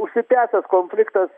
užsitęsęs konfliktas